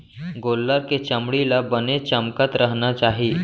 गोल्लर के चमड़ी ल बने चमकत रहना चाही